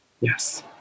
Yes